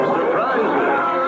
Surprises